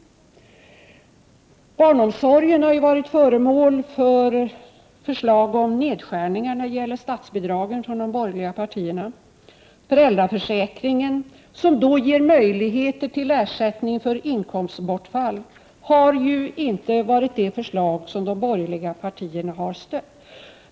Statsbidragen till barnomsorgen har ju varit föremål för förslag om nedskärningar från de borgerliga partierna. Förslaget om en utbyggnad av föräldraförsäkringen, som ger möjligheter till ersättning för inkomstbortfall, har de borgerliga partierna inte stött.